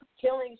killing